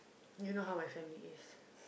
you know how my family is